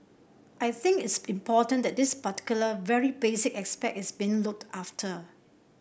I think it's important that this particular very basic aspect is being looked after